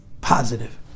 positive